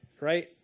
right